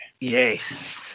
Yes